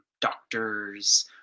doctors